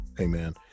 Amen